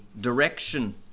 direction